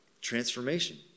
Transformation